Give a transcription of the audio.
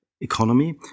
economy